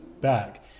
back